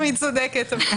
צודקת.